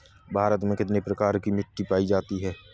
भारत में कितने प्रकार की मिट्टी पायी जाती है?